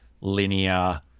linear